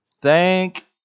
thank